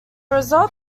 result